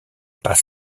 pas